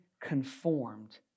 conformed